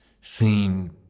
seen